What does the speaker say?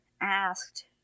asked